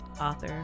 author